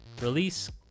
release